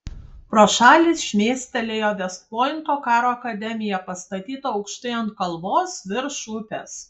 pro šalį šmėstelėjo vest pointo karo akademija pastatyta aukštai ant kalvos virš upės